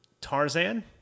Tarzan